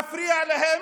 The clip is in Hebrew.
מפריע להם